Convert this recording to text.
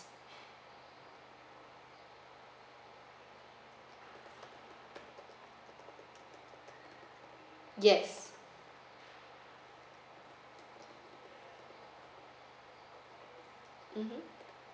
yes mmhmm